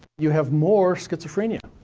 you have more schizophrenia.